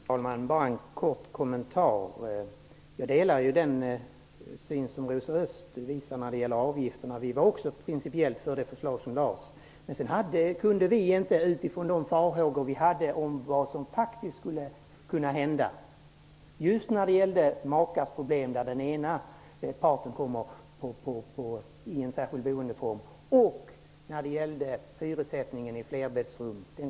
Fru talman! Jag har bara en kort kommentar. Jag delar den uppfattning som Rosa Östh har i fråga om avgifterna. Vi var också principiellt för det förslag som lades fram. Men sedan hade vi vissa farhågor över vad som kunde hända. Det gällde bl.a. makes problem då den ena parten kommer i en särskild boendeform och dessutom hyressättningen i flerbäddsrum.